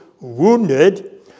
wounded